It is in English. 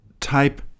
type